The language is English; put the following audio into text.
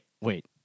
wait